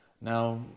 Now